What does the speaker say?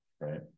right